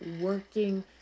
working